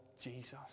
Jesus